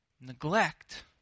neglect